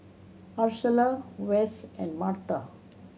Ursula Wess and Martha